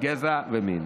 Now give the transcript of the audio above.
גזע ומין.